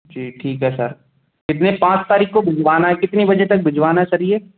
जी ठीक है सर कितने पाँच तारिख़ को भिजवाना है कितनी बजे तक भिजवाना है सर ये